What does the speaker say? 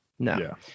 No